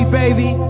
baby